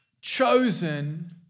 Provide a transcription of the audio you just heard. chosen